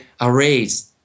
arrays